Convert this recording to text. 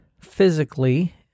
physically